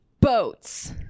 boats